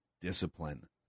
Discipline